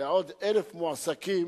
לעוד 1,000 מועסקים